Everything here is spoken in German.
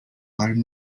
allem